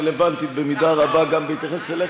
אבל היא הייתה רלוונטית במידה רבה גם בהתייחס אליך.